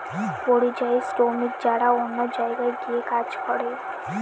পরিযায়ী শ্রমিক যারা অন্য জায়গায় গিয়ে কাজ করে